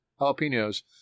jalapenos